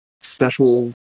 special